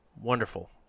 Wonderful